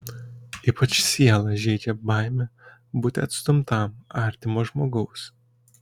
ypač sielą žeidžia baimė būti atstumtam artimo žmogaus